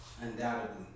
undoubtedly